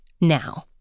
now